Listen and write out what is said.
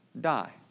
die